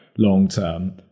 long-term